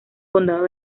condado